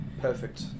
Perfect